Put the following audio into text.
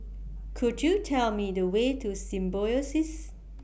Could YOU Tell Me The Way to Symbiosis